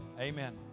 Amen